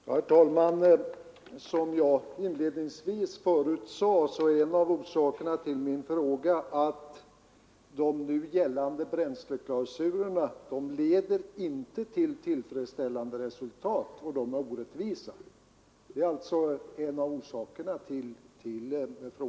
Herr talman! Som jag tidigare sade är en av orsakerna till min fråga att de nu gällande bränsleklausulerna inte leder till tillfredsställande resultat och är orättvisa. Låt mig ta ett exempel för att illustrera det hela.